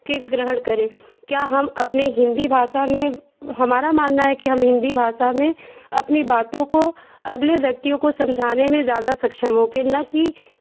के ग्रहण करें क्या हम अपने हिन्दी भाषा में हमारा मानना है कि हम हिन्दी भाषा में अपनी बातों को अगले व्यक्तियों को समझाने में ज़्यादा सक्षम होके ना कि